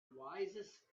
wisest